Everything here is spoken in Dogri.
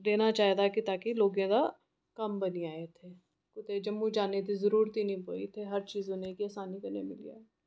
देना चाहिदा कि ताकि लोगें दा कम्म बनी जाए ते जम्मू जाने गी जरूरत गै नीं पोऐ ते हर चीज़ उ'नेंगी असानी कन्नै मिली जाए